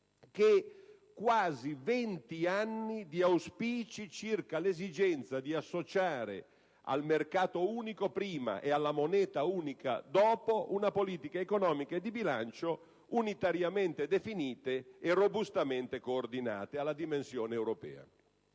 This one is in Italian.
che quasi venti anni di auspici circa l'esigenza di associare al mercato unico, prima, e alla moneta unica, dopo, politiche economiche e di bilancio unitariamente definite e robustamente coordinate alla dimensione europea.